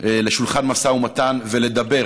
לשולחן משא ומתן ולדבר,